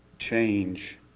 Change